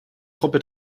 truppe